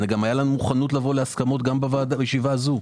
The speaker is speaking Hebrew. הרי הייתה לנו מוכנות לבוא להסכמות גם בישיבה הזאת.